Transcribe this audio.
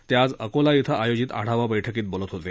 ते आज अकोला इथं आयोजित आढावा बैठकीत बोलत होते